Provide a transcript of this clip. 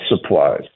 supplies